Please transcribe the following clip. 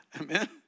Amen